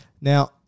Now